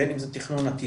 בין עם זה תכנון עתידי,